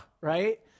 right